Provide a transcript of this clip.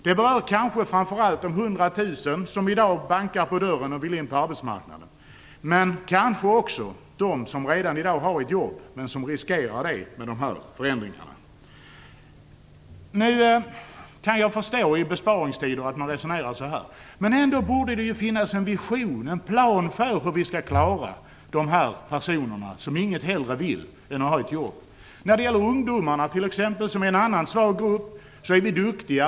Det berör framför allt de 100 000 personer som i dag bankar på dörren och vill in på arbetsmarknaden, men också dem som kanske redan har ett jobb som de riskerar att förlora genom dessa förändringar. Jag kan förstå att man i besparingstider resonerar så här. Men det borde finnas en vision, en plan, för hur vi skall klara dessa personer som inget hellre vill än att ha ett jobb. När det gäller ungdomarna, som är en annan svag grupp, är vi duktiga.